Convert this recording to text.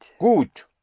gut